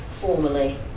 formally